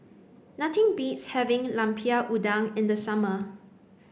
nothing beats having lemper udang in the summer